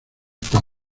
tan